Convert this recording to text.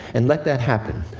and let that happen.